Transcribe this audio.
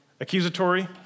accusatory